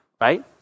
right